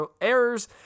errors